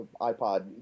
iPod